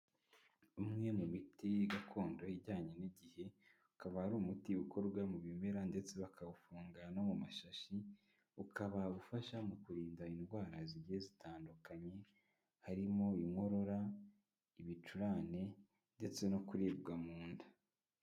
Umwe mu miti gakondo ijyanye n'igihe, ukaba ari umuti ukorwa mu bimera ndetse bakawufunga no mu mashashi, ukaba ufasha mu kurinda indwara zigiye zitandukanye harimo inkorora, ibicurane ndetse no kuribwa mu nda.